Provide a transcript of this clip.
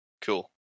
Cool